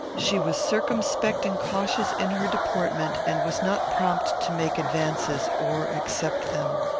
she was circumspect and cautious in her deportment, and was not prompt to make advances, or accept them.